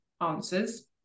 answers